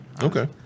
okay